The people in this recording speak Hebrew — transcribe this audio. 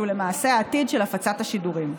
שהוא למעשה העתיד של הפצת השידורים.